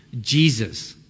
Jesus